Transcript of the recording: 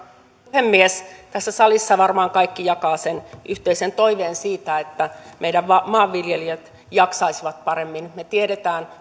puhemies tässä salissa varmaan kaikki jakavat yhteisen toiveen siitä että meidän maanviljelijät jaksaisivat paremmin me tiedämme